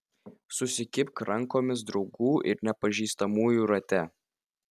susikibk rankomis draugų ir nepažįstamųjų rate